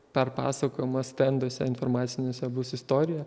perpasakojima stenduose informaciniuose bus istorija